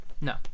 No